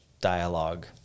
dialogue